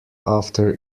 after